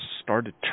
started